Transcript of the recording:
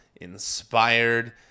Inspired